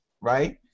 right